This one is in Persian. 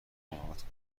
ملاقات